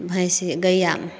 भैंसी गैयामे